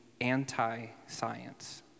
anti-science